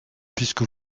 puisque